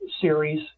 series